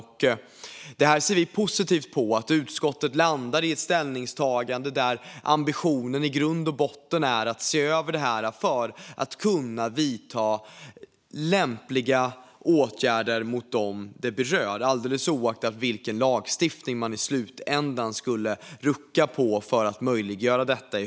Vi ser positivt på att utskottet landar i ett ställningstagande där ambitionen i grund och botten är att se över detta för att kunna vidta lämpliga åtgärder mot dem det berör oavsett vilken lagstiftning man i slutändan ändrar för att möjliggöra detta.